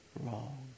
wrong